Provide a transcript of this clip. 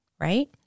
right